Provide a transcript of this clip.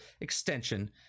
extension